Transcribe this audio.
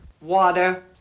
Water